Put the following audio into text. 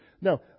Now